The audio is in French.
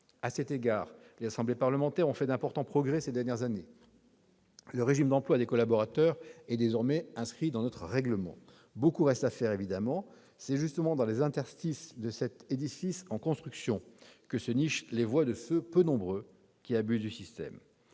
À cet égard, les assemblées parlementaires ont effectué d'importants progrès ces dernières années. Le régime d'emploi des collaborateurs est désormais inscrit dans notre règlement. Bien évidemment, beaucoup reste à faire. C'est justement dans les interstices de cet édifice en construction que se nichent les voies de ceux, peu nombreux, qui abusent du système.